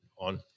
on